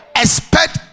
expect